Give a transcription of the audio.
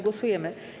Głosujemy.